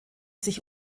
sich